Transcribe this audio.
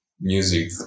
music